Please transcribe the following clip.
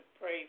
pray